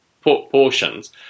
portions